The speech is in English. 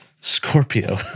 Scorpio